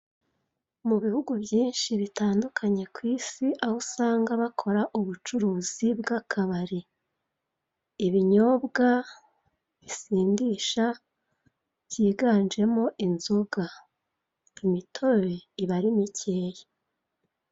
Mu bihugu byinshi bitandukanye ku isi aho usanga bakora ubucuruzi bw'akabari. Ibinyobwa bisindisha byiganjemo inzoga, imitobe iba ari mikeya.